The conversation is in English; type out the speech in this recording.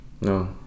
No